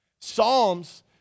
Psalms